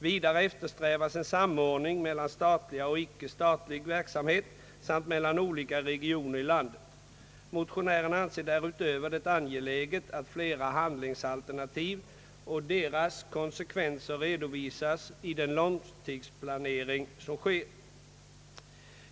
Vidare eftersträvas en samordning mellan statliga och ickestatliga verksamheter samt mellan olika regioner i landet. Motionärerna anser det därutöver angeläget att fler handlingsalternativ och dessas konsekvenser redovisas i den långtidsplanering som sker.